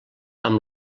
amb